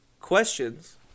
questions